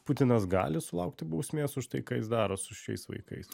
putinas gali sulaukti bausmės už tai ką jis daro su šiais vaikais